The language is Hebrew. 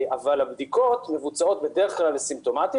אבל הבדיקות מבוצעות בדרך כלל לסימפטומטיים